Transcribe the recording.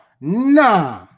Nah